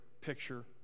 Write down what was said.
picture